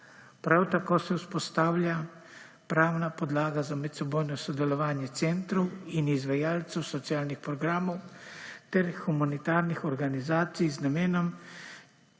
Prav tako se vzpostavlja pravna podlaga za medsebojno sodelovanje centrov in izvajalcev socialnih programov ter humanitarnih organizacij z namenom